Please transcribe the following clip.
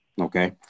Okay